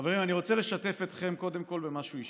חברים, אני רוצה לשתף אתכם קודם כול במשהו אישי.